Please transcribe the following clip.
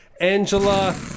Angela